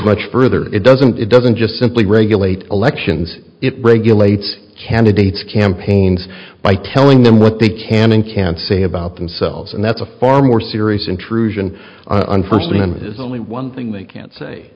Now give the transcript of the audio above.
much further it doesn't it doesn't just simply regulate elections it regulates candidates campaigns by telling them what they can and can't say about themselves and that's a far more serious intrusion on first amendment is only one thing they can say